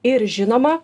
ir žinoma